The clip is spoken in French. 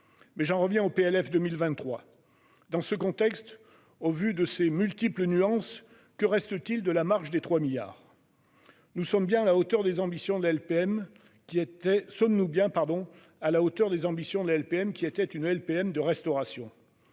finances (PLF) pour 2023. Dans ce contexte, au vu de ces multiples nuances, que reste-t-il de la marche des 3 milliards d'euros ? Sommes-nous bien à la hauteur des ambitions de la LPM qui était une LPM de restauration